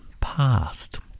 past